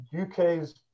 UK's